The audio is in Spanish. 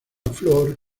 flor